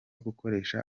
gukoresha